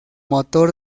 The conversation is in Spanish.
motor